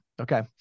Okay